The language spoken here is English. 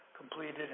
completed